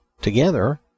together